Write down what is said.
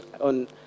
on